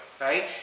Right